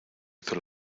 hizo